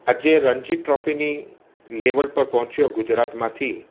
આજે રણજી ટ્રોફીની લેવલ પર પહોંચ્યો ગુજરાતમાંથી